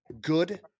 good